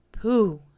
Pooh